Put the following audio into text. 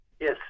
Yes